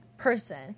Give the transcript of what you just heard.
Person